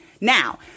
Now